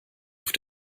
auf